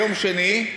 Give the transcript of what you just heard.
ביום שני,